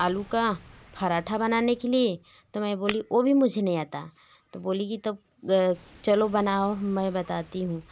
आलू का पराठा बनाने के लिए तो मैं बोली ओ भी मुझे नहीं आता तो बोली की तब चलो बनाओ मैं बताती हूँ